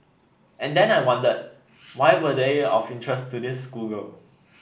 and then I wondered why were they of interest to this schoolgirl